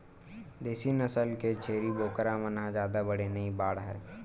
देसी नसल के छेरी बोकरा मन ह जादा बड़े नइ बाड़हय